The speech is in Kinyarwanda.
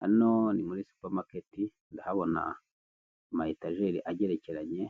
Hano ni muri supamaketi ndahabona amayetajeri agerekeranye